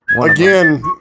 again